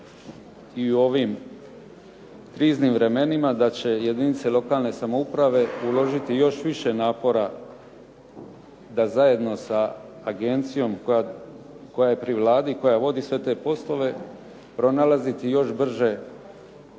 i u ovim kriznim vremenima da će jedinice lokalne samouprave uložiti još više napora da zajedno sa agencijom koja je pri Vladi i koja vodi sve te poslove pronalaziti još brže